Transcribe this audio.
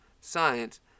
science